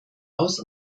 aus